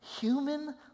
human